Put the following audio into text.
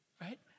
right